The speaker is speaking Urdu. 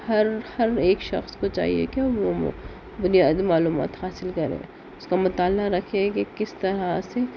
ہر ہر ایک شخص کو چاہیے کہ وہ بنیادی معلومات حاصل کرے اس کا مطالعہ رکھے کہ کس طرح سے